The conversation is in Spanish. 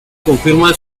confirma